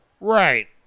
Right